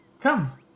Come